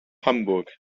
hamburg